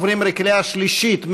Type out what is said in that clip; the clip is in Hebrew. עוברים לקריאה שלישית.